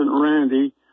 Randy